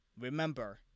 Remember